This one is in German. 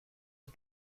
mit